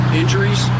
injuries